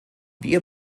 wie